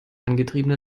angetriebene